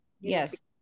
yes